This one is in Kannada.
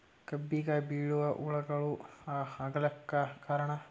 ಕಬ್ಬಿಗ ಬಿಳಿವು ಹುಳಾಗಳು ಆಗಲಕ್ಕ ಕಾರಣ?